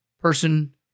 person